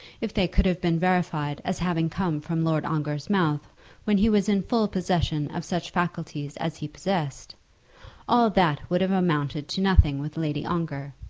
if they could have been verified as having come from lord ongar's mouth when he was in full possession of such faculties as he possessed all that would have amounted to nothing with lady ongar.